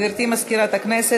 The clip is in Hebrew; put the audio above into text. גברתי מזכירת הכנסת,